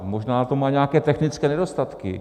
Možná to má nějaké technické nedostatky.